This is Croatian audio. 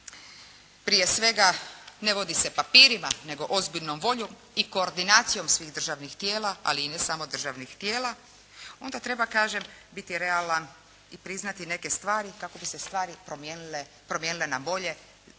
prije svega ne vodi se papirima, nego ozbiljnom voljom i koordinacijom svih državnih tijela, ali i ne samo državnih tijela, onda treba kažem biti realan i priznati neke stvari kako bi se stvari promijenile na bolje.